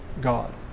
God